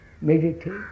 meditate